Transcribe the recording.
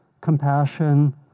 compassion